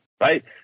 right